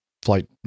flight